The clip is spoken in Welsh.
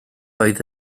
oedd